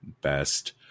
best